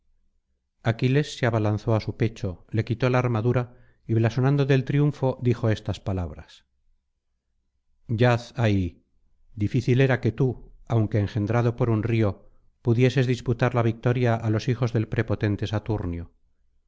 aquiles se abalanzó á su pecho le quitó la armadura y blasonando del triunfo dijo estas palabras ya ay difícil era que tú aunque engendrado por un río pudieses disputar la victoria á los hijos del prepotente saturnio